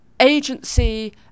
Agency